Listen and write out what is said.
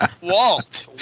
Walt